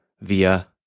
via